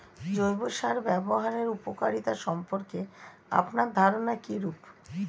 জৈব সার ব্যাবহারের উপকারিতা সম্পর্কে আপনার ধারনা কীরূপ?